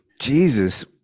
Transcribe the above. Jesus